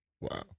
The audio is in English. Wow